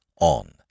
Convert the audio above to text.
on